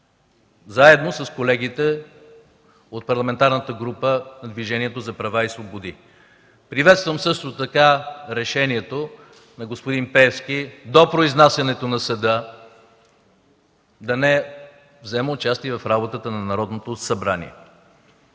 заедно с колегите от Парламентарната група на Движението за права и свободи. Приел съм също така решението на господин Пеевски – до произнасянето на съда да не взема участие в работата на Народното събрание.